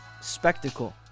spectacle